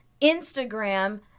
Instagram